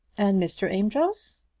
and mr. amedroz?